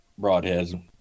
broadheads